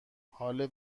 حال